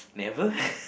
never